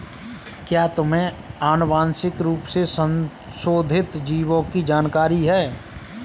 क्या तुम्हें आनुवंशिक रूप से संशोधित जीवों की जानकारी है?